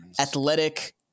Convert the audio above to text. athletic